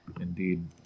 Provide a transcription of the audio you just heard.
indeed